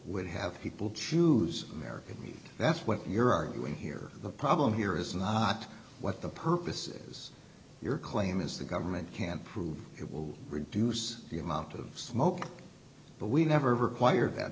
would have people choose american meat that's what you're arguing here the problem here is not what the purpose is your claim is the government can prove it will reduce the amount of smoke but we never require that